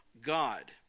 God